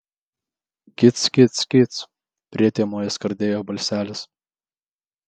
kic kic kic prietemoje skardėjo balselis